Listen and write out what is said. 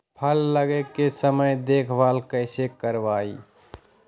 फल लगे के समय देखभाल कैसे करवाई?